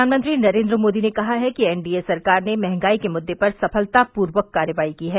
प्रधानमंत्री नरेन्द्र मोदी ने कहा है कि एनडीए सरकार ने महंगाई के मुद्दे पर सफलतापूर्वक कार्रवाई की है